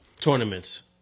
tournaments